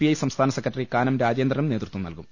I സംസ്ഥാന secretary കാനം രാജേന്ദ്രനും നേതൃത്വം നൽകും